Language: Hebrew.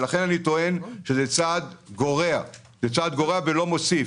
לכן, אני טוען שזה צעד גורע ולא מוסיף.